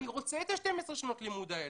אני רוצה את 12 שנות הלימוד האלה,